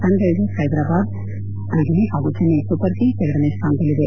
ಸನ್ Riser Hyderabad ಮೊದಲನೇ ಹಾಗೂ Chennai Super Kings ಎರಡನೇ ಸ್ಥಾನದಲ್ಲಿವೆ